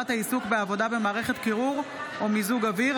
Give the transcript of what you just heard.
העיסוק בעבודה במערכת קירור או מיזוג אוויר,